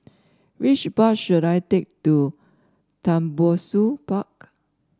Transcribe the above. which bus should I take to Tembusu Park